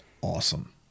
awesome